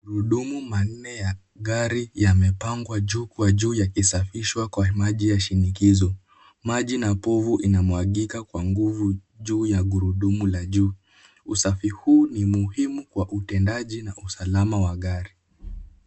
Gurudumu manne ya gari yamepangwa juu kwa juu yakisafishwa kwa maji ya shinikizo. Maji na povu inamwagika kwa nguvu juu ya gurudumu la juu. Usafi huu ni muhimu kwa utendaji na usalama wa gari.